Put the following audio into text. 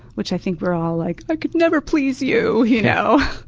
which i think we're all like, i could never please you. you know